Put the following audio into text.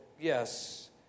Yes